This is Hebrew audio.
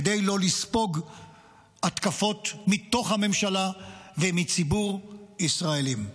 כדי לא לספוג התקפות מתוך הממשלה ומציבור הישראלים.